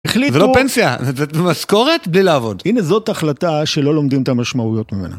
החליטו... זו לא פנסיה, זו משכורת בלי לעבוד. הנה זאת החלטה שלא לומדים את המשמעויות ממנה.